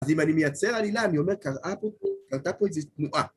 אז אם אני מייצר עלילה, אני אומר, קראה קרתה פה איזה תנועה.